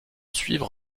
suivre